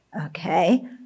Okay